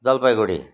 Jalpaiguri